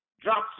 drops